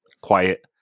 quiet